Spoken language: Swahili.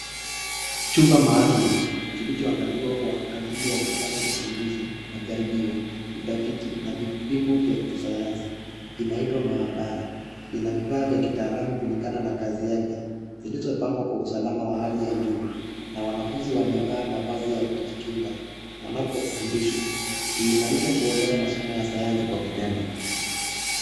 Chumbaa maalum kilichoandaliwa kwa ajili ya kufanya uchunguzi, majaribio, utafiti na vipimo vya kisayansi inaitwa maabara. Ina vifaa vya kitaalamu kulingana na kazi yake zilizopangwa kwa usalama wa hali ya juu na wanafunzi wamevaa mavazi ya kujikinga wanapofundishwa. Inamarisha kuelewa masomo ya sayansi kwa njia ya vitendo.